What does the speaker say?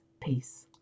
peace